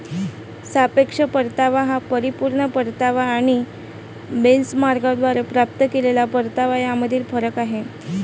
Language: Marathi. सापेक्ष परतावा हा परिपूर्ण परतावा आणि बेंचमार्कद्वारे प्राप्त केलेला परतावा यामधील फरक आहे